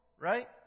right